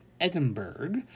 Edinburgh